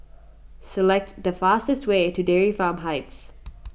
select the fastest way to Dairy Farm Heights